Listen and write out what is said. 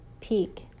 Peak